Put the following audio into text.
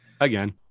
Again